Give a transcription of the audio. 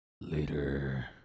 Later